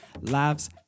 laughs